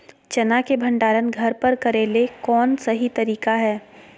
चना के भंडारण घर पर करेले कौन सही तरीका है?